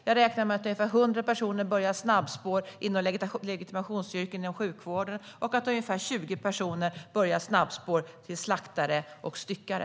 Jag räknar med att ungefär 100 personer börjar ett snabbspår inom legitimationsyrken, inom sjukvården, och att ungefär 20 personer börjar snabbspår till slaktare och styckare.